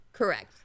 Correct